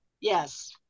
Yes